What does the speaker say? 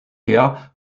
her